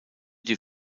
die